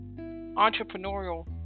entrepreneurial